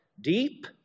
Deep